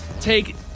take